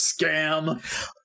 scam